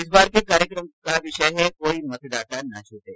इस बार के कार्यक्रम का विषय है कोई मतदाता ना छूटे